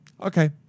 Okay